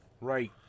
Right